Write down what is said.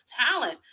talent